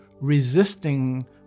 resisting